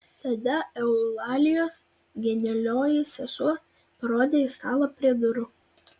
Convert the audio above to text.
tada eulalijos genialioji sesuo parodė į stalą prie durų